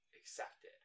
accepted